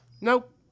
Nope